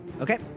Okay